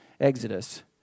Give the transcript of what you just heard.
Exodus